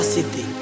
City